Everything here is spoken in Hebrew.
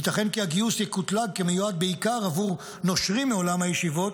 ייתכן כי הגיוס יקוטלג כמיועד בעיקר עבור נושרים מעולם הישיבות,